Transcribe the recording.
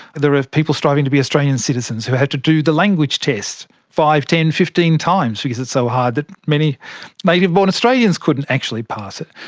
there are people striving to be australian citizens who have to do the language test five, ten, fifteen times because it's so hard that many native-born australians couldn't actually pass it.